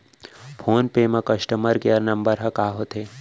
Phone पे म customer care number ह का होथे?